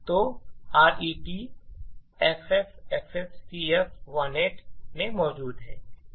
तो RET FFFFCF18 में मौजूद है